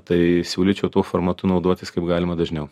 tai siūlyčiau tuo formatu naudotis kaip galima dažniau